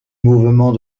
mouvements